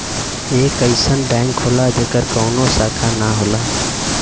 एक अइसन बैंक होला जेकर कउनो शाखा ना होला